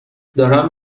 دارم